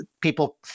people –